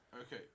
Okay